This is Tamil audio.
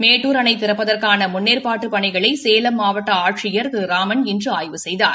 மேட்டூர் அணை திறப்பதற்கான முன்னேற்பாட்டுப் பணிகளை சேலம் மாவட்ட ஆட்சியர் திரு ராமன் இன்று ஆய்வு செய்தார்